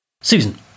Susan